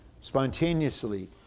Spontaneously